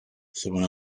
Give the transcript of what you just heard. someone